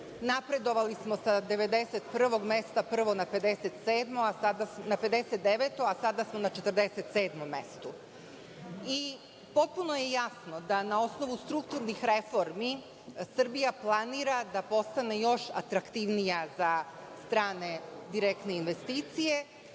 napredovali smo sa 91 mesta prvo na 59, a sada smo na 47 mestu. Potpuno je jasno da na osnovu strukturnih reformi Srbija planira da postane još atraktivnija za strane direktne investicije.